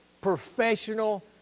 professional